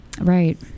Right